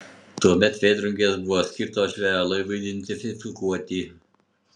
tuomet vėtrungės buvo skirtos žvejo laivui identifikuoti